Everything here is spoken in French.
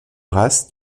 races